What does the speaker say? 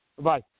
Bye